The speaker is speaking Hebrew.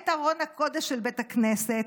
את ארון הקודש של בית הכנסת.